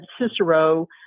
Cicero